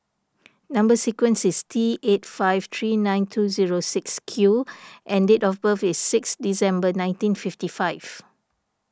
Number Sequence is T eight five three nine two zero six Q and date of birth is six December nineteen fifty five